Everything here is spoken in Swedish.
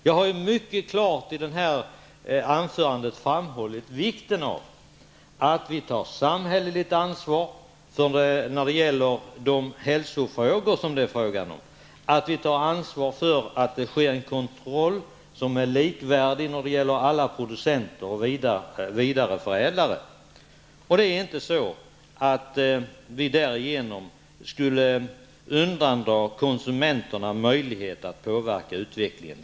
Jag har i mitt anförande mycket klart framhållit vikten av att ta samhälleligt ansvar när det gäller de hälsofrågor som det här är fråga om och ansvar för att det sker en kontroll som är likvärdig för alla producenter och vidareförädlare. Därigenom undandrar vi inte konsumenterna möjlighet att påverka utvecklingen.